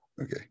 Okay